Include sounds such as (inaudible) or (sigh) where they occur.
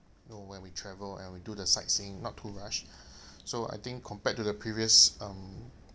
you know when we travel and we do the sightseeing not too rush (breath) so I think compared to the previous um